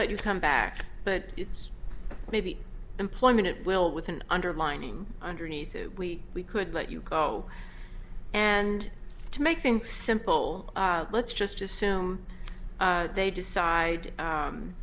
let you come back but it's maybe employment at will with an undermining underneath it we we could let you go and to make things simple let's just assume they decide